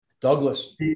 Douglas